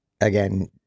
again